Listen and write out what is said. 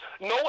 no